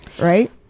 right